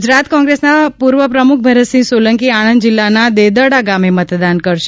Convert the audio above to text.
ગુજરાત કોંગ્રેસના પૂર્વ પ્રમુખ ભરતસિંહ સોલંકી આણંદ જિલ્લાના દેદરડા ગામે મતદાન કરશે